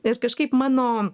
ir kažkaip mano